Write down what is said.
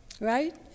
Right